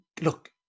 Look